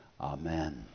Amen